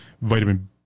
vitamin